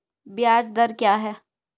ब्याज दर क्या है?